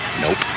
nope